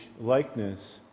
likeness